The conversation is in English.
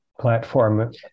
platform